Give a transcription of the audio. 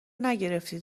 نگرفتی